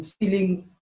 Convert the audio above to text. feeling